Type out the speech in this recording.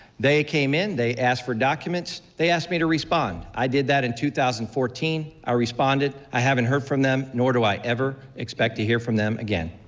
they came in, they asked for documents. they asked me to respond. i did that in two thousand and fourteen. i responded. i haven't heard from them, nor do i ever expect to hear from them again.